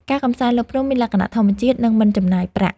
ការកម្សាន្តលើភ្នំមានលក្ខណៈធម្មជាតិ និងមិនចំណាយប្រាក់។